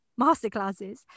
masterclasses